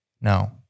No